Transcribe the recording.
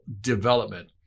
development